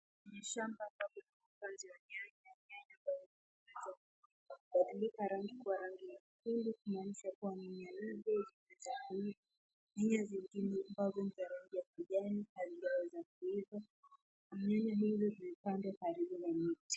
Kwenye shamba ambapo kuna upanzi wa nyanya, nyanya ambazo zimeiva tayari zimebadilika rangi kuwa rangi nyekundu kumaanisha kuwa nyanya hizi ziko tayari kutumika. Nyanya zingine bado ni za rangi ya kijani ambazo hazijaweza kuiva. Nyanya hizi zimepandwa karibu na miti.